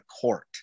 court